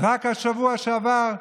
רק במה שקשור אלינו,